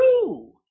true